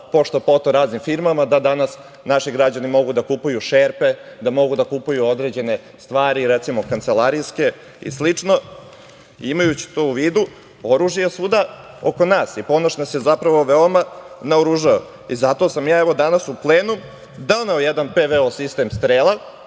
pošto-poto raznim firmama i danas naši građani mogu da kupuju šerpe, mogu da kupuju određene stvari, recimo kancelarijske i slično. Imajući to u vidu, oružje je svuda oko nas i Ponoš nas je zapravo veoma naoružao i zato sam ja evo danas u plenum doneo je PVO sistem Strela.